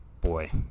boy